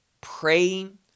praying